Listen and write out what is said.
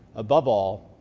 above all,